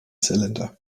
cylinder